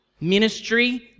ministry